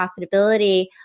profitability